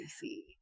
see